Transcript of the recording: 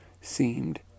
seemed